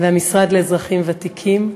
והמשרד לאזרחים ותיקים,